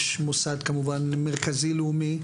יש מוסד כמובן מרכזי לאומי.